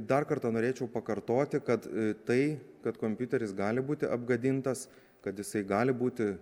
dar kartą norėčiau pakartoti kad tai kad kompiuteris gali būti apgadintas kad jisai gali būti